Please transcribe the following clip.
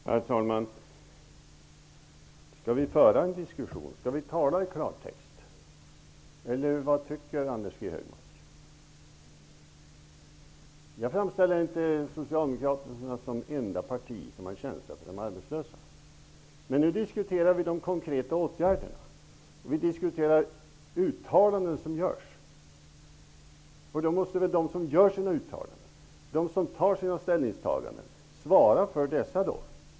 Herr talman! Skall vi föra en diskussion? Skall vi tala i klartext? Eller vad tycker Anders G Jag har inte framställt Socialdemokraterna som det enda parti som har en känsla för de arbetslösa. Men nu diskuterar vi de konkreta åtgärderna. Vi diskuterar uttalanden som görs. Då måste de som gör uttalanden och tar ställning svara för det.